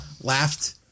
Laughed